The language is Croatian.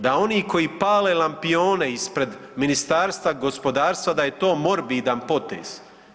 Da oni koji pale lampione ispred Ministarstva gospodarstva da je to morbidan potez.